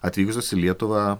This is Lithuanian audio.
atvykusios į lietuvą